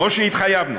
כמו שהתחייבנו,